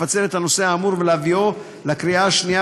לפצל את הנושא האמור ולהביאו לקריאה שנייה